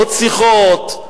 עוד שיחות,